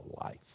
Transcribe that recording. life